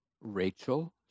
Rachel